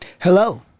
hello